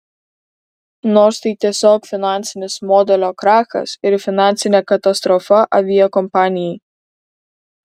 nors tai tiesiog finansinis modelio krachas ir finansinė katastrofa aviakompanijai